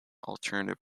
alternative